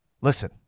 listen